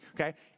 okay